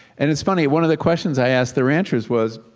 and it's funny, one of the questions i asked the ranchers was,